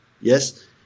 Yes